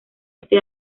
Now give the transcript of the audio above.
este